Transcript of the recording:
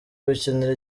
gukinira